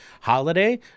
holiday